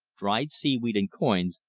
dried seaweed and coins,